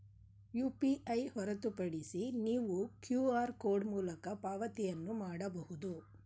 UPI ಹೊರತುಪಡಿಸಿ ನೀವು QR code ಮೂಲಕ ಪಾವತಿಯನ್ನು ಮಾಡಬಹುದು